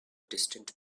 distant